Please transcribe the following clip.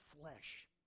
flesh